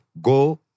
go